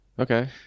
Okay